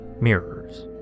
mirrors